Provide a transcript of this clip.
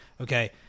Okay